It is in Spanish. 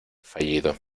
fallido